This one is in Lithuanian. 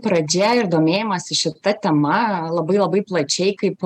pradžia ir domėjimąsi šita tema labai labai plačiai kaip